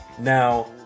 Now